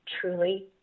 truly